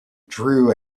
drew